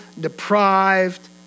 deprived